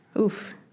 Oof